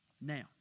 Now